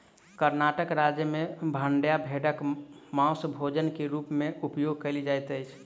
कर्णाटक राज्य में मांड्या भेड़क मौस भोजन के रूप में उपयोग कयल जाइत अछि